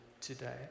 today